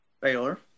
Baylor